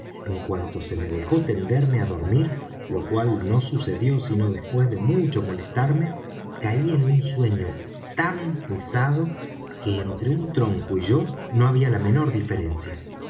en cuanto se me dejó tenderme á dormir lo cual no sucedió sino después de mucho molestarme caí en un sueño tan pesado que entre un tronco y yo no había la menor diferencia